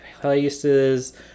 places